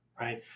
right